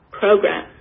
program